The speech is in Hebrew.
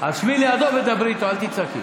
אז שבי לידו ותדברי איתו, אל תצעקי.